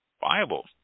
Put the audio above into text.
viable